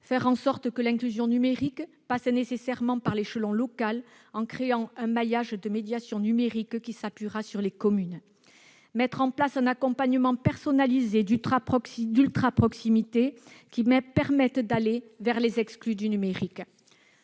faire en sorte que l'inclusion numérique passe nécessairement par l'échelon local, en créant un maillage de médiation numérique qui s'appuiera sur les communes ; mettre en place un accompagnement personnalisé d'ultraproximité qui permette d'aller vers les exclus du numérique